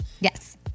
Yes